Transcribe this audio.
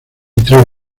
tres